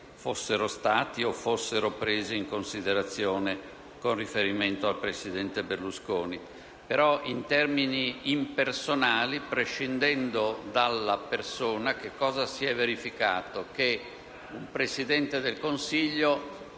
fossero stati o fossero presi in considerazione con riferimento al presidente Berlusconi. Però, in termini impersonali, prescindendo dalla persona, si è verificato che il Presidente del Consiglio